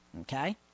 Okay